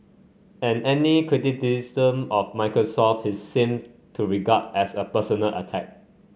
and any criticism of Microsoft he seemed to regard as a personal attack